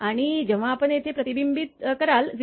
आणि जेव्हा आपण येथे प्रतिबिंबित कराल 0